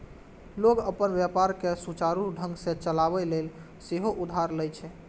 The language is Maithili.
लोग अपन व्यापार कें सुचारू ढंग सं चलाबै लेल सेहो उधार लए छै